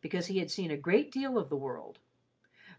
because he had seen a great deal of the world